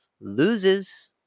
loses